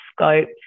scope